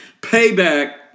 Payback